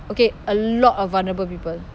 okay a lot of vulnerable people